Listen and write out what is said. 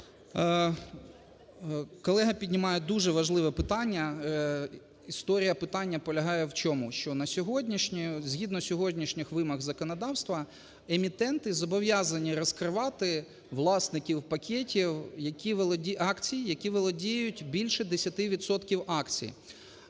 Колега піднімає дуже важливе питання. Історія питання полягає в чому? Що на сьогоднішній, згідно сьогоднішніх вимог законодавства, емітенти зобов'язані розкривати власників пакетів, які володі... акцій,